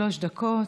שלוש דקות.